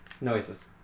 noises